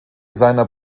seiner